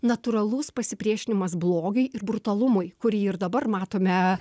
natūralus pasipriešinimas blogiui ir brutalumui kurį ir dabar matome